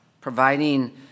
providing